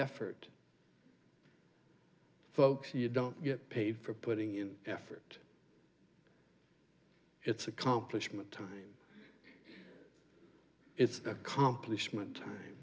effort folks you don't get paid for putting in effort it's accomplishment time it's